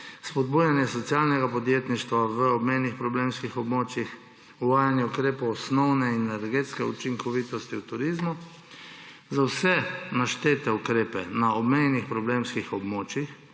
spodbujanje socialnega podjetništva na obmejnih problemskih območjih, uvajanje ukrepov osnovne in energetske učinkovitosti v turizmu. Za vse naštete ukrepe na obmejnih problemskih območjih